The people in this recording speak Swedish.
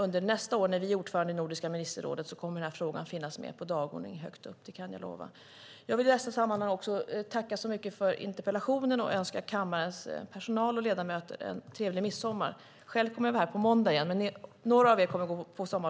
Nästa år när vi är ordförande i Nordiska ministerrådet kommer den här frågan att finnas högt upp på dagordningen - det kan jag lova. Jag vill tacka för interpellationen och önska kammarens personal och ledamöter en trevlig midsommar.